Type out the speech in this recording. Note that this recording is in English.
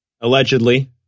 Allegedly